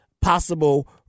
possible